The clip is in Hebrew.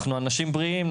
אנחנו אנשים בריאים,